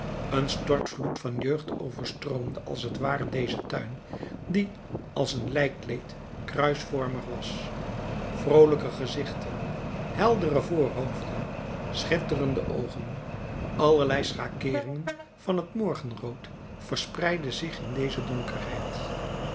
een stortvloed van jeugd overstroomde als t ware dezen tuin die als een lijkkleed kruisvormig was vroolijke gezichten heldere voorhoofden schitterende oogen allerlei schakeeringen van het morgenrood verspreidden zich in deze